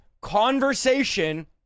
conversation